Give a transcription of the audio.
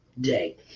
day